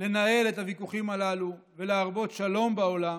לנהל את הוויכוחים הללו ולהרבות שלום בעולם